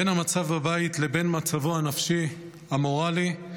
בין המצב בבית לבין מצבו הנפשי, המורלי,